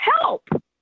help